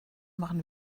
machen